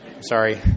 Sorry